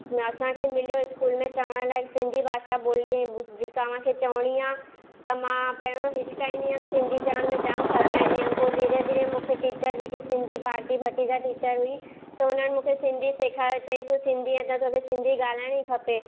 न असांखे मिलियो स्कूल में चवण लाइ सिंधी भाषा ॿोली तव्हांखे चवणी आहे त मां पहिरों हिचकाईंदी हुयमि सिंधी चवण में जाम शरमाईंदी हुयमि पोइ धीरे धीरे मूंखे टीचर जेकी सिंधी भारती भटीजा टीचर हुई त हुननि मूंखे सिंधी सेखारियो चई तूं सिंधी आहीं त तोखे सिंधी ॻालाइणी खपे